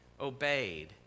obeyed